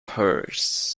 hers